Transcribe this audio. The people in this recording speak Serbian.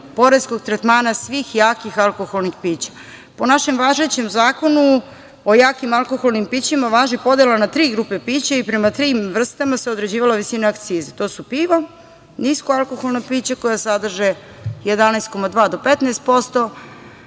poreskog tretmana svih jakih alkoholnih pića. Po našem važećem Zakonu o jakim alkoholnim pićima važi podela na tri grupe pića i prema tim vrstama se određivala visina akcize. To su pivo, niska alkoholna pića koja sadrže 11,2 do 15%